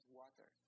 water